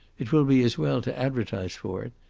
it will be as well to advertise for it.